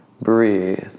Breathe